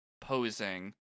posing